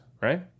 Right